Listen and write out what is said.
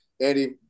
Andy